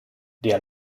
der